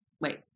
Wait